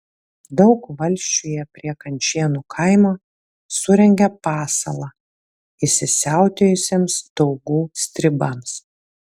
daugų valsčiuje prie kančėnų kaimo surengė pasalą įsisiautėjusiems daugų stribams